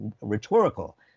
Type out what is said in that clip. rhetorical